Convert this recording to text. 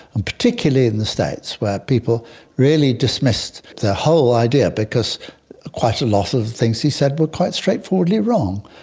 and particularly in the states where people really dismissed the whole idea because quite a lot of the things he said were quite straightforwardly wrong,